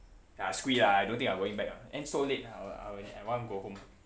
ya screw it lah I don't think I'm going back ah end so late I will I want to go home